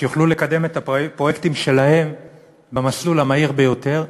שיוכלו לקדם את הפרויקטים שלהם במסלול המהיר ביותר,